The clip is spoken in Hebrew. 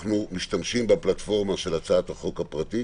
אנחנו משתמשים בפלטפורמה של הצעת החוק הפרטית,